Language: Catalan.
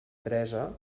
teresa